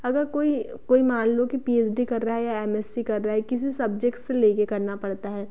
अगर कोई कोई मान लो कि पी एच डी कर रहा है या एम एस सी कर रहा है किसी सब्जेक्ट से ले के करना पड़ता है